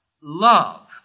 love